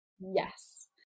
yes